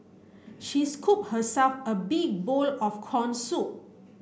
she scooped herself a big bowl of corn soup